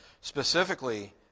specifically